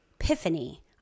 epiphany